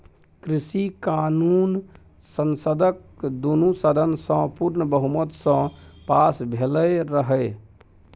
कृषि कानुन संसदक दुनु सदन सँ पुर्ण बहुमत सँ पास भेलै रहय